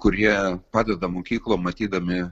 kurie padeda mokyklom matydami